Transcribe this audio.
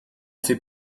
fais